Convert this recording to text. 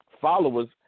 followers